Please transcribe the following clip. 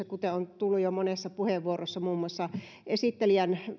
kuten on tullut jo monessa puheenvuorossa muun muassa esittelijän